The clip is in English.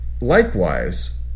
likewise